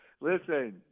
listen